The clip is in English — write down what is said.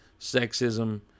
sexism